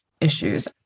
issues